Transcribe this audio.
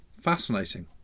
fascinating